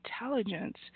intelligence